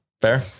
Fair